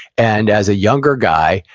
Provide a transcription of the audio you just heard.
and as a younger guy,